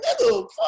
nigga